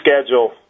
schedule